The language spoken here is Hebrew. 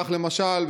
כך למשל,